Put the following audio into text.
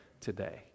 today